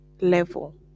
level